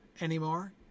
anymore